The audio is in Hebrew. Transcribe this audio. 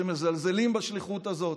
שמזלזלים בשליחות הזאת,